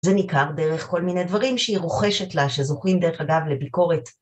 זה ניכר דרך כל מיני דברים שהיא רוכשת לה שזוכים דרך אגב לביקורת.